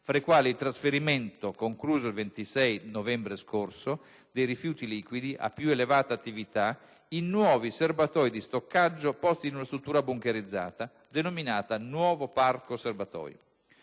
tra i quali, il trasferimento, concluso il 26 novembre scorso, dei rifiuti liquidi a più elevata attività in nuovi serbatoi di stoccaggio posti in una struttura bunkerizzata denominata «Nuovo Parco Serbatoi».